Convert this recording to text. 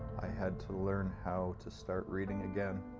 i had to learn how to start reading again,